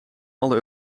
alle